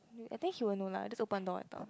I think he will know lah just open the door and talk